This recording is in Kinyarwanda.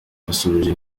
yasubije